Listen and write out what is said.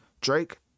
Drake